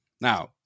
Now